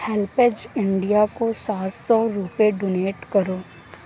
HelpAge India کو سات سو روپے ڈونیٹ کرو